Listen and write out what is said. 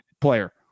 player